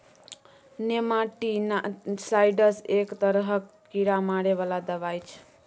nematicides एक तरहक कीड़ा मारै बला दबाई छै